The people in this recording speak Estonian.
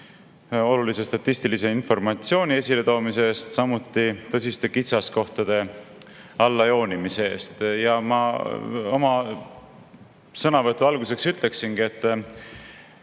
olulise statistilise informatsiooni esiletoomise eest, samuti tõsiste kitsaskohtade allajoonimise eest. Ma oma sõnavõtu alguseks ütlengi, et